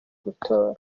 gutora